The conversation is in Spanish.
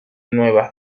nueva